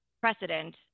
precedent